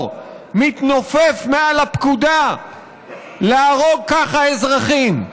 מתנופף מעל הפקודה להרוג אזרחים ככה.